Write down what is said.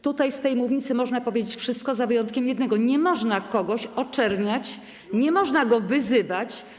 Tutaj, z tej mównicy, można powiedzieć wszystko, z wyjątkiem jednego: nie można kogoś oczerniać, nie można go wyzywać.